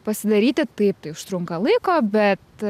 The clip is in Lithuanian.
pasidaryti taip tai užtrunka laiko bet